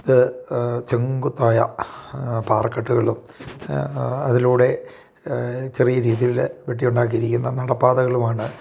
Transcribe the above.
ഇത് ചെങ്കുത്തായ പാറക്കെട്ടുകളും അതിലൂടെ ചെറിയ രീതിയിൽ വെട്ടി ഉണ്ടാക്കിയിരിക്കുന്ന നടപാതകളുമാണ്